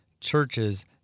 churches—